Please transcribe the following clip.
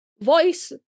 voice